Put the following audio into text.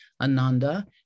Ananda